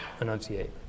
enunciate